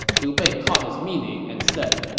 liu bei caught his meaning and said,